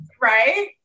Right